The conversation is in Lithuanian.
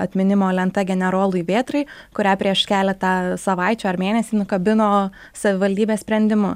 atminimo lenta generolui vėtrai kurią prieš keletą savaičių ar mėnesį nukabino savivaldybės sprendimu